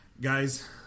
guys